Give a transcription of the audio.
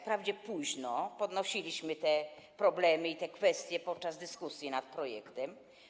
Wprawdzie późno, bo podnosiliśmy te problemy i te kwestie podczas dyskusji nad projektem.